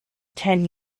ten